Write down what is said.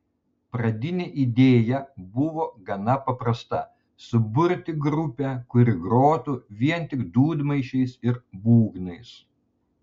pradinė idėja buvo gana paprasta suburti grupę kuri grotų vien tik dūdmaišiais ir būgnais